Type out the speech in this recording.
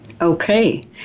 Okay